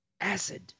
acid